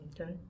Okay